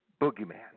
Boogeyman